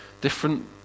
different